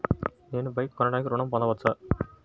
నేను బైక్ కొనటానికి ఋణం పొందవచ్చా?